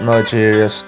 Nigeria